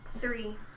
Three